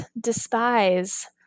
despise